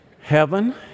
Heaven